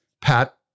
Pat